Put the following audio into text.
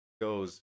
goes